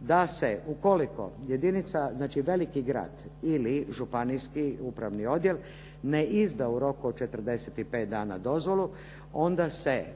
da se ukoliko jedinica, znači veliki grad ili županijski upravni odjel ne izda u roku od 45 dana dozvolu onda se